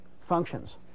functions